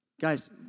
Guys